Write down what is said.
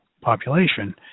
population